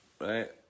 right